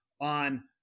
on